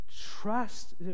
trust